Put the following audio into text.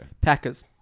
Packers